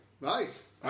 Nice